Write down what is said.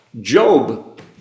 Job